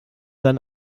dann